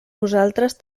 vosaltres